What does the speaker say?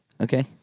Okay